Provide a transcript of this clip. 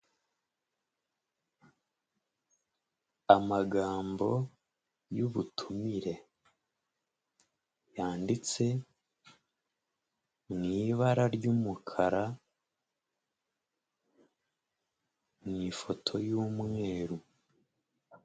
Amagambo y'ubutumire, yanditse mu ibara ry'umukara, mu ifoto y'umweru.